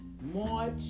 March